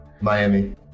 Miami